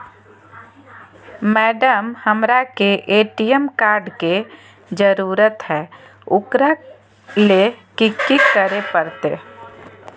Madam, हमरा के ATM card के जरूरत है ऊकरा ले की की करे परते?